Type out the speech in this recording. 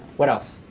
what else?